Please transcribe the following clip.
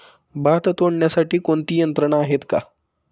भात तोडण्यासाठी कोणती यंत्रणा आहेत का?